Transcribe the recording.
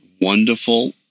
wonderful